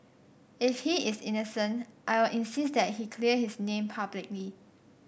if he is innocent I will insist that he clear his name publicly